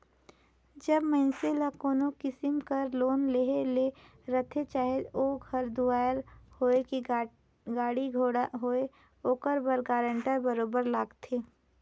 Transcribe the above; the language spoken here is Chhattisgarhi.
जब मइनसे ल कोनो किसिम कर लोन लेहे ले रहथे चाहे ओ घर दुवार होए कि गाड़ी घोड़ा होए ओकर बर गारंटर बरोबेर लागथे